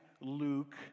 Luke